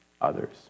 others